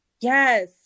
yes